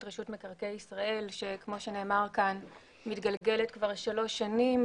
רשות מקרקעי ישראל שכמו שנאמר כאן מתגלגלת כבר 3 שנים